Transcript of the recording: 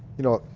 you know,